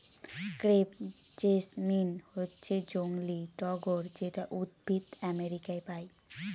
crepe jasmine হচ্ছে জংলী টগর যেটা উদ্ভিদ আমেরিকায় পায়